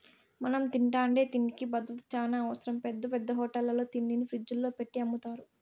మనం తింటాండే తిండికి భద్రత చానా అవసరం, పెద్ద పెద్ద హోటళ్ళల్లో తిండిని ఫ్రిజ్జుల్లో పెట్టి అమ్ముతారు